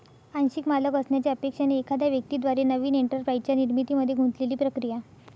आंशिक मालक असण्याच्या अपेक्षेने एखाद्या व्यक्ती द्वारे नवीन एंटरप्राइझच्या निर्मितीमध्ये गुंतलेली प्रक्रिया